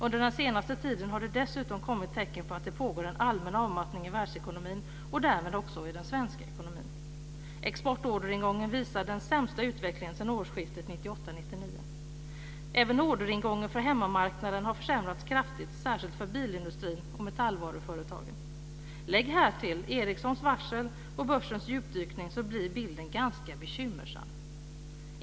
Under den senaste tiden har det dessutom kommit tecken på att det pågår en allmän avmattning i världsekonomin och därmed också i den svenska ekonomin. Exportorderingången visar den sämsta utvecklingen sedan årsskiftet 1998/99. Även orderingången för hemmamarknaden har försämrats kraftigt, särskilt för bilindustrin och metallvaruföretagen. Lägg härtill Ericssons varsel och börsens djupdykning, så blir bilden ganska bekymmersam.